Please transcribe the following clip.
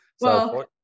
Well-